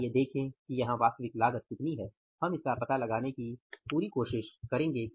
आइए देखें कि यहां वास्तविक लागत कितनी है हम इसका पता लगाने की कोशिश करेंगे